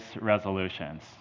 resolutions